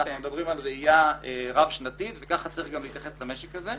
אנחנו מדברים על ראייה רב שנתית וכך צריך גם להתייחס למשק הזה.